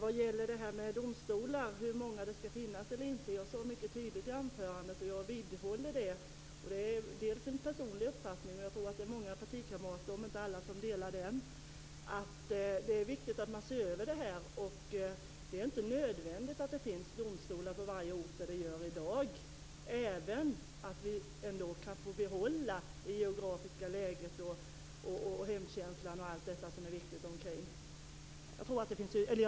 Vad gäller hur många domstolar det skall finnas sade jag mycket tydligt i anförandet, och jag vidhåller det - det är dels en personlig uppfattning, dels en uppfattning som många om än inte alla partikamrater delar - att det är viktigt att man ser över det här. Det är inte nödvändigt att det finns domstolar på varje ort där de finns i dag, men vi bör få behålla det geografiska läget, hemkänslan och allt detta som är viktigt omkring.